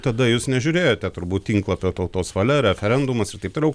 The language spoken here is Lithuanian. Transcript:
tada jūs nežiūrėjote turbūt tinklapio tautos valia referendumas ir taip toliau